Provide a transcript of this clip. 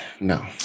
No